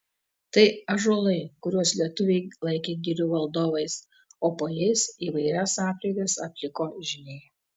tai ąžuolai kuriuos lietuviai laikė girių valdovais o po jais įvairias apeigas atliko žyniai